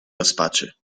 rozpaczy